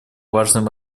важным